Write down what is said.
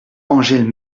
angèle